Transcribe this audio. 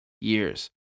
years